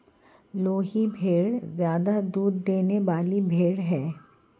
लोही भेड़ ज्यादा दूध देने वाली भेड़ है